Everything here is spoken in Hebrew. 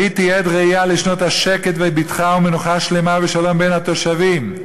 הייתי עד ראייה לשנות השקט ובטחה ומנוחה שלמה ושלום בין התושבים.